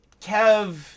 Kev